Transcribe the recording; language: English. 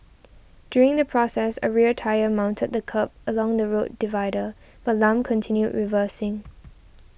during the process a rear tyre mounted the kerb along the road divider but Lam continued reversing